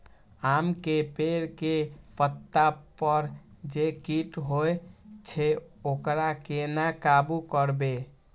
आम के पेड़ के पत्ता पर जे कीट होय छे वकरा केना काबू करबे?